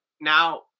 Now